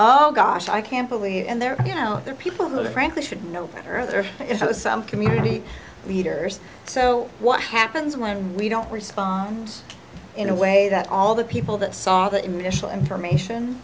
oh gosh i can't believe and there are you know there are people who frankly should know better there is no some community so what happens when we don't respond in a way that all the people that saw the initial information